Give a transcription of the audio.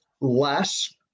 less